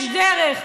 יש דרך.